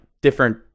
different